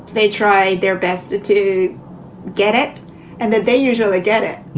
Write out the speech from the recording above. they try their best to to get it and that they usually get it.